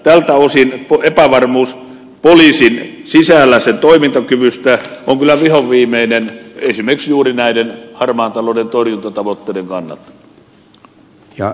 tältä osin epävarmuus poliisin sisällä sen toimintakyvystä on kyllä vihonviimeinen esimerkiksi juuri näiden harmaan talouden torjuntatavoitteiden kannalta